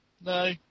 No